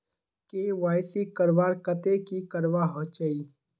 KYC करवार केते की करवा होचए?